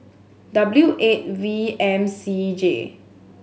W eight V M C J